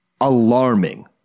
alarming